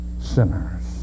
sinners